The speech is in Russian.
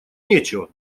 нечего